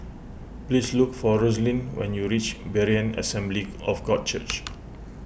please look for Roslyn when you reach Berean Assembly of God Church